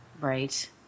Right